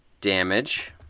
damage